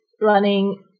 running